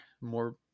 more